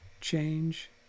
Change